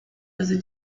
desde